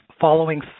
following